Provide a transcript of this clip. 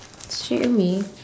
straightaway